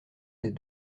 des